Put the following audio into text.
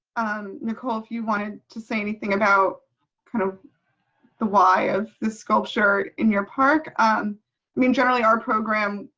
i'm nicole. if you wanted to say anything about kind of the why of the sculpture in your park. um i mean generally our program.